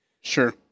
sure